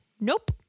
nope